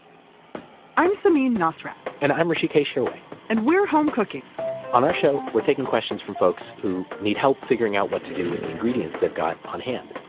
i'm samin nosrat and i'm hrishikesh hirway and we're home cooking on our show, we're taking questions from folks who need help figuring out what to do with the ingredients they've got on hand.